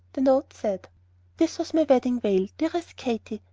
the note said this was my wedding-veil, dearest katy,